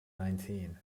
nineteen